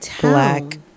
black